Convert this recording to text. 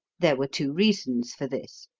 there were two reasons for this.